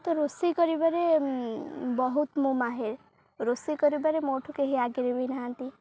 ତ ରୋଷେଇ କରିବାରେ ବହୁତ ମୁଁ ମାହିର ରୋଷେଇ କରିବାରେ ମୋ ଠୁ କେହି ଆଗରେ ବି ନାହାନ୍ତି